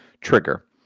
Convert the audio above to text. trigger